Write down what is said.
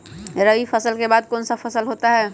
रवि फसल के बाद कौन सा फसल होता है?